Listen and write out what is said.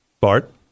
Bart